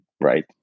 right